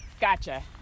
Gotcha